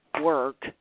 work